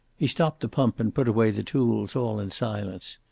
he stopped the pump and put away the tools, all in silence.